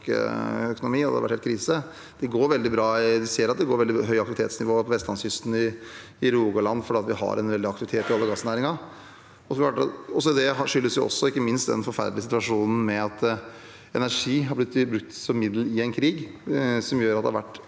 økonomi, og det hadde vært helt krise. Det går veldig bra, vi ser at det er høyt aktivitetsnivå på vestlandskysten og i Rogaland fordi vi har en veldig aktivitet i oljeog gassnæringen. Det skyldes ikke minst den forferdelige situasjonen med at energi har blitt brukt som middel i en krig, som gjør at det har vært